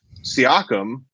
Siakam